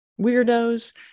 weirdos